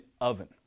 oven